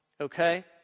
okay